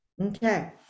Okay